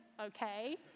okay